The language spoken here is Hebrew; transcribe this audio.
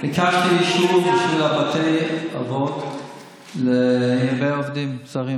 ביקשתי אישור לעובדים זרים